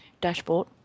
Dashboard